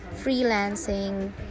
freelancing